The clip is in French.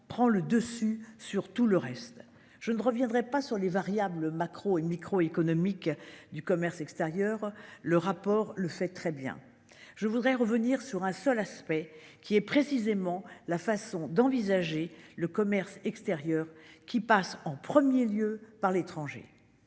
prend le dessus sur tout le reste je ne reviendrai pas sur les variables macro et micro-économiques du commerce extérieur. Le rapport le fait très bien. Je voudrais revenir sur un seul aspect qui est précisément la façon d'envisager le commerce extérieur qui passe en 1er lieu par l'étranger.